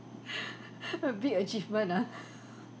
a big achievement ah